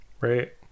right